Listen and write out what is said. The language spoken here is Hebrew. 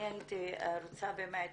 אני הייתי רוצה באמת